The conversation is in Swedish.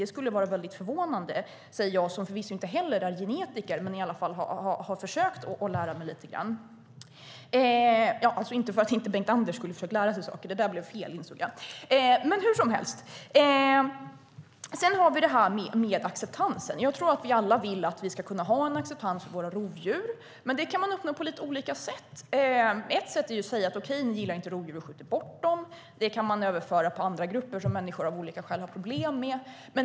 Det skulle vara väldigt förvånande, säger jag som förvisso inte heller är genetiker, men i alla fall har försökt att lära mig lite. Därmed inte sagt att Bengt-Anders Johansson inte försöker lära sig saker; det där blev lite fel känner jag. Jag tror att vi alla vill att vi ska ha en acceptans för våra rovdjur. Man kan uppnå det på olika sätt. Ett sätt är att säga: Ni gillar inte rovdjur - då skjuter vi bort dem. Det kan man överföra på andra grupper som människor av olika skäl har problem med.